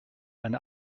eine